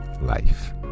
Life